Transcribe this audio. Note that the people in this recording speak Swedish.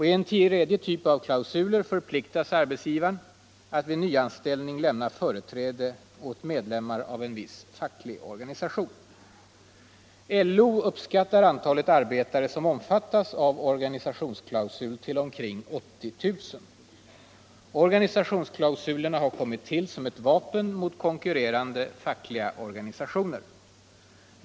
I en tredje typ av klausuler förpliktas arbetsgivaren att vid nyanställning lämna företräde åt medlemmar av en viss facklig organisation. LO uppskattar antalet arbetare som omfattas av organisationsklausul till omkring 80 000. Organisationsklausulerna har kommit till som ett vapen mot konkurrerande fackliga organisationer.